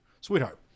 Sweetheart